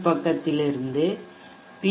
பக்கத்திலிருந்து பி